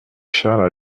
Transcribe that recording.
charles